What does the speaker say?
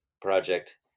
project